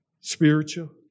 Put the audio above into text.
spiritual